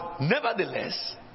nevertheless